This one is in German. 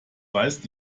weiß